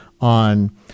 on